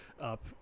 up